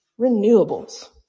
renewables